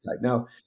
Now